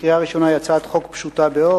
לקריאה ראשונה היא הצעת חוק פשוטה מאוד.